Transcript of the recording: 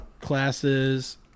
classes